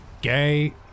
Gay